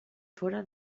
fóra